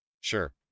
Sure